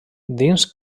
dins